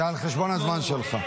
זה על חשבון הזמן שלך.